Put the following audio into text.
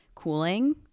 cooling